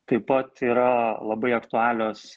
taip pat yra labai aktualios